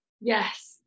yes